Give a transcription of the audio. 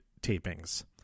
tapings